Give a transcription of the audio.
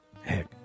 Heck